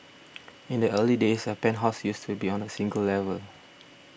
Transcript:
in the early days a penthouse used to be on a single level